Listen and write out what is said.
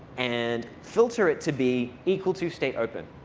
and filter it to be equal to state open.